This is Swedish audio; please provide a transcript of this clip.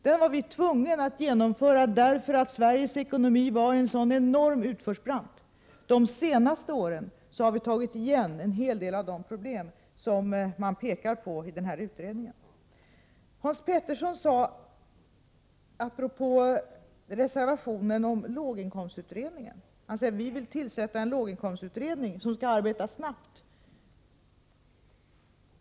Den var vi tvungna att genomföra därför att Sveriges ekonomi befann sig i en sådan enorm utförsbacke. De senaste åren har vi tagit igen en hel del av de problem man pekar på i denna utredning. Hans Petersson sade apropå reservationen om låginkomstutredningen att reservanterna vill tillsätta en låginkomstutredning som skall arbeta snabbt.